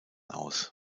aus